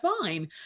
fine